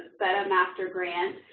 but master grant,